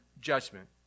judgment